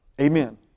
Amen